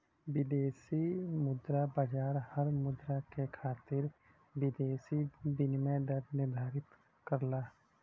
विदेशी मुद्रा बाजार हर मुद्रा के खातिर विदेशी विनिमय दर निर्धारित करला